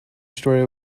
story